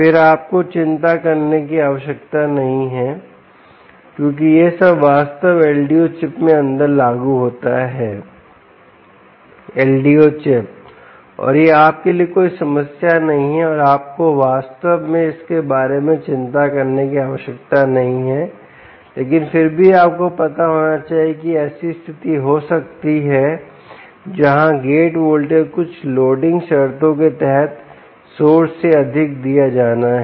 फिर आपको चिंता करने की आवश्यकता नहीं है क्योंकि यह सब वास्तव LDO चिप में अंदर लागू होता है LDO चिप और यह आपके लिए कोई समस्या नहीं है और आपको वास्तव में इसके बारे में चिंता करने की आवश्यकता नहीं है लेकिन फिर भी आपको पता होना चाहिए कि ऐसी स्थिति हो सकती है जहां गेट वोल्टेज को कुछ लोडिंग शर्तों के तहत सोर्स से अधिक दिया जाना है